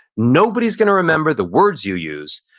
nobody's going to remember the words you use,